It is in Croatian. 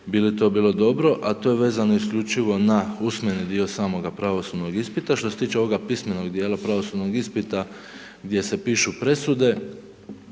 bili to bilo dobro, a to je vezano isključivo na usmeni dio samoga pravosudnog ispita. Što se tiče ovoga pismenog dijela pravosudnog ispita, gdje se pišu presude,